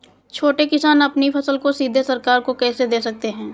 छोटे किसान अपनी फसल को सीधे सरकार को कैसे दे सकते हैं?